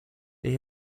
they